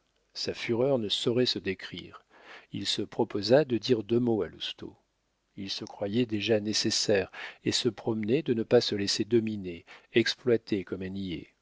sa fureur ne saurait se décrire il se proposa de dire deux mots à lousteau il se croyait déjà nécessaire et se promettait de ne pas se laisser dominer exploiter